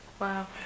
Wow